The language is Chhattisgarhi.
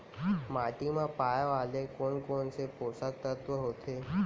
माटी मा पाए वाले कोन कोन से पोसक तत्व होथे?